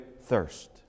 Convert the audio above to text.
thirst